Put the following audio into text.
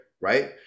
right